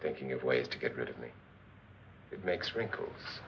thinking of ways to get rid of me it makes wrinkles